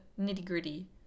nitty-gritty